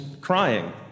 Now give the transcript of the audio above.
crying